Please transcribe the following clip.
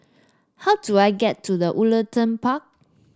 how do I get to the Woollerton Park